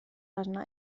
arna